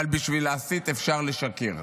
אבל בשביל להסית אפשר לשקר.